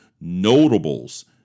Notables